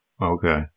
okay